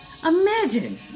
Imagine